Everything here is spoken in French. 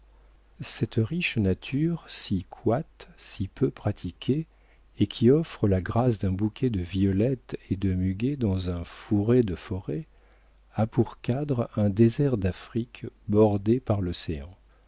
cette riche nature si coite si peu pratiquée et qui offre la grâce d'un bouquet de violettes de muguet dans un fourré de forêt a pour cadre un désert d'afrique bordé par l'océan